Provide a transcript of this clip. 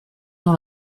dans